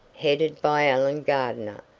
headed by elon gardner,